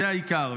זה העיקר.